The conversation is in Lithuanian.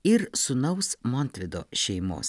ir sūnaus montvido šeimos